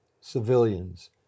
Civilians